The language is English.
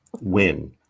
win